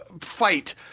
fight